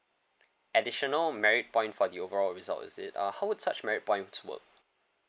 additional merit point for the overall result is it uh how would such merit points work